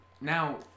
now